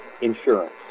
Insurance